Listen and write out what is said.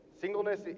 Singleness